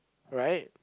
right